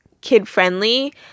kid-friendly